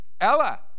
ella